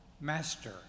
Master